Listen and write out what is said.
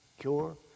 Cure